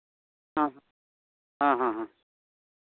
ᱦᱮᱸ ᱦᱮᱸ ᱦᱮᱸ